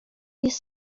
jest